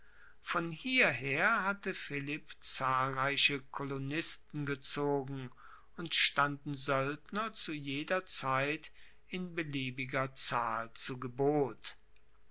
von hierher hatte philipp zahlreiche kolonisten gezogen und standen soeldner zu jeder zeit in beliebiger zahl zu gebot